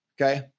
Okay